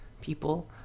people